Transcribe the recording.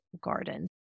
garden